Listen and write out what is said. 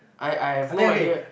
I I have no idea